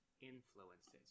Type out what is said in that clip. influences